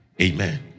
Amen